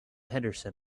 henderson